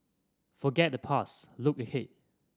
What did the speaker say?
forget the past look ahead